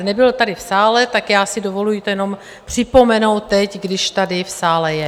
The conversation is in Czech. Nebyl tady v sále, tak já si dovoluji to jenom připomenout teď, když tady v sále je.